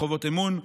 חובות אמון,